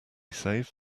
saved